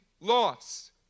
loss